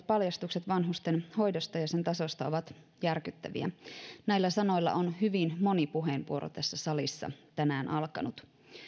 paljastukset vanhustenhoidosta ja sen tasosta ovat järkyttäviä näillä sanoilla on hyvin moni puheenvuoro tässä salissa tänään alkanut